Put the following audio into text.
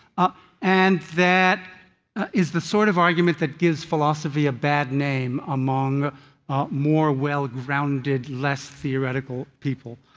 ah and that is the sort of argument that gives philosophy a bad name among ah more well-grounded, less theoretical people.